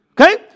Okay